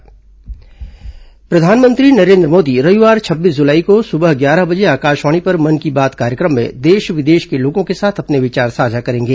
मन की बात प्रधानमंत्री नरेन्द्र मोदी रविवार छब्बीस जुलाई को सुबह ग्यारह बजे आकाशवाणी पर मन की बात कार्यक्रम में देश विदेश के लोगों के साथ अपने विचार साझा करेंगे